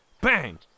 bang